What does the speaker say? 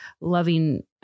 loving